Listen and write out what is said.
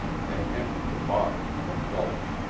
had emptied the bottle at a gulp.